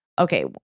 Okay